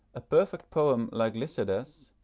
a perfect poem like lycidas,